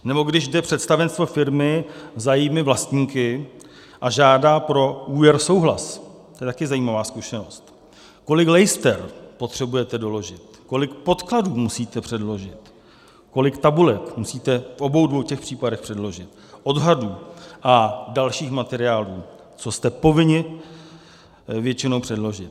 Nebo když jde představenstvo firmy za jejími vlastníky a žádá pro úvěr souhlas, to je taky zajímavá zkušenost: kolik lejster potřebujete doložit, kolik podkladů musíte předložit, kolik tabulek musíte v obou dvou těch případech předložit, odhadů a dalších materiálů, co jste povinni většinou předložit.